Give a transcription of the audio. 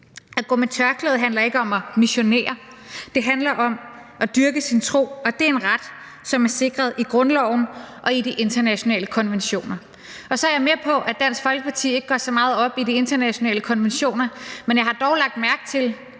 At gå med tørklæde handler ikke om at missionere, det handler om at dyrke sin tro, og det er en ret, som er sikret i grundloven og i de internationale konventioner. Så er jeg med på, at Dansk Folkeparti ikke går så meget op i de internationale konventioner, men jeg har dog lagt mærke til,